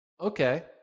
okay